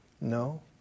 No